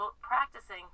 practicing